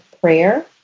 prayer